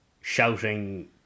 Shouting